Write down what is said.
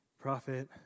prophet